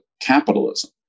capitalism